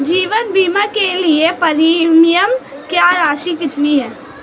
जीवन बीमा के लिए प्रीमियम की राशि कितनी है?